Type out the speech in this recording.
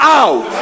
out